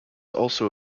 also